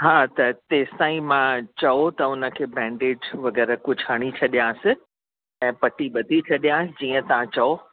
हा त तेसिताईं मां चओ त हुन खे बैंडएड वग़ैरह कुझु हणी छॾियांसि ऐं पट्टी बधी छॾिया जीअं तव्हां चओ